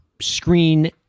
screen